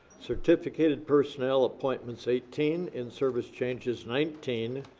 certificated personnel appointments, eighteen in service changes, nineteen.